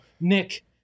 Nick